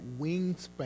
wingspan